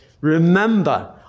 remember